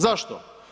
Zašto?